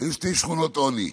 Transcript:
היו שתי שכונות עוני: